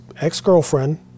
ex-girlfriend